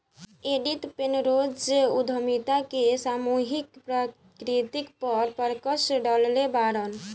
Edith Penrose उद्यमिता के सामूहिक प्रकृति पर प्रकश डलले बाड़न